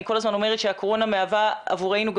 אני כל הזמן אומרת שהקורונה מהווה עבורנו גם